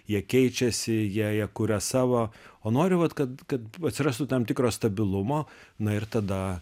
jie keičiasi jie jie kuria savo o nori vat kad kad atsirastų tam tikro stabilumo na ir tada